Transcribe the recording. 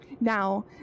Now